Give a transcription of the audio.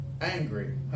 angry